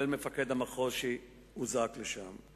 בהם מפקד המחוז שהוזעק לשם.